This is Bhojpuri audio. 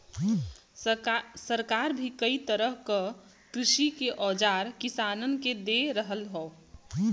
सरकार भी कई तरह क कृषि के औजार किसानन के दे रहल हौ